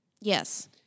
yes